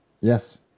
Yes